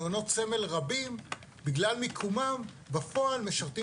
מעונות סמל רבים בגלל מיקומם בפועל משרתים